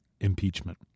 impeachment